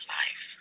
life